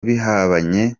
bihabanye